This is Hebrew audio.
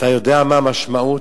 אתה יודע מה המשמעות?